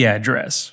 Address